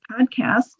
podcast